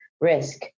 Risk